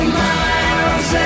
miles